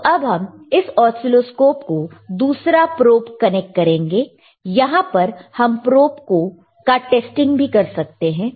तो अब हम इस ऑसीलोस्कोप को दूसरा प्रोब कनेक्ट करेंगे यहां पर हम प्रोब का टेस्टिंग भी कर सकते हैं